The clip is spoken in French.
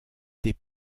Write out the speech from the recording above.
des